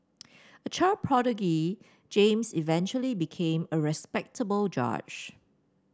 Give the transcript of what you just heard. a child prodigy James eventually became a respectable judge